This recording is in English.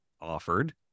offered